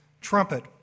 trumpet